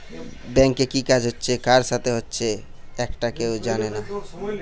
ব্যাংকে কি কাজ হচ্ছে কার সাথে হচ্চে একটা কেউ জানে না